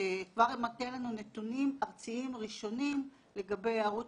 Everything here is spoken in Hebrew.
שכבר נותן לנו נתונים ארציים ראשוניים לגבי היארעות